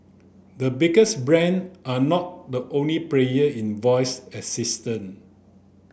the biggest brand are not the only player in voice assistant